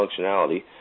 functionality